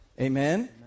Amen